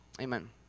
Amen